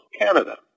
Canada